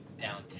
downtown